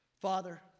father